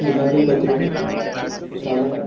ఈనాడు పత్రిక చాలా